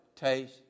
Taste